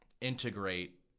integrate